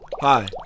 Hi